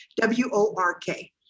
W-O-R-K